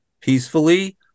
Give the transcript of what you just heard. peacefully